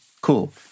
Cool